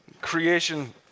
creation